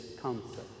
concept